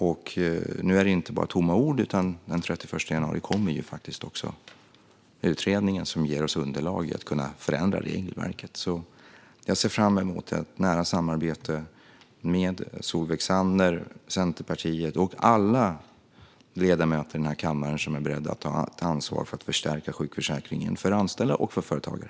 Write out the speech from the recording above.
Och det är inte bara tomma ord, utan den 31 januari kommer utredningen som ger oss underlag för att kunna förändra regelverket. Jag ser fram emot ett nära samarbete med Solveig Zander, Centerpartiet och alla ledamöter i den här kammaren som är beredda att ta ansvar för att förstärka sjukförsäkringen för anställda och för företagare.